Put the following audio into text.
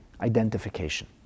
identification